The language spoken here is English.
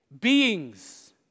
beings